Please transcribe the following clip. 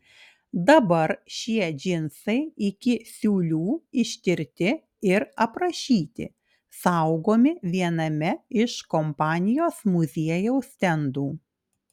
dabar šie džinsai iki siūlių ištirti ir aprašyti saugomi viename iš kompanijos muziejaus stendų